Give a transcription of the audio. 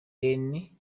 denny